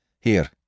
Here